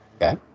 Okay